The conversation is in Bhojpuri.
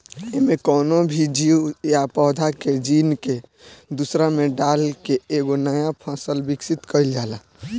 एमे कवनो भी जीव या पौधा के जीन के दूसरा में डाल के एगो नया फसल विकसित कईल जाला